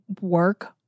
work